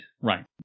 right